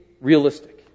realistic